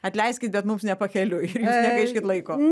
atleiskit bet mums ne pakeliui ir jūs negaiškit laiko